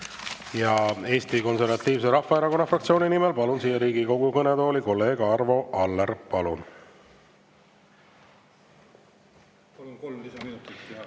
Eesti Konservatiivse Rahvaerakonna fraktsiooni nimel palun siia Riigikogu kõnetooli kolleeg Arvo Alleri. Palun!